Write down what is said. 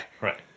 right